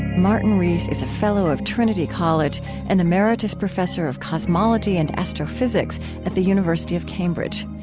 martin rees is fellow of trinity college and emeritus professor of cosmology and astrophysics at the university of cambridge.